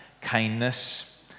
kindness